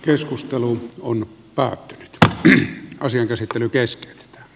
keskustelu on kaikki tämä näkyy asian käsittely keskeytetään